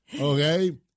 Okay